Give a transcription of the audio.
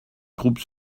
groupes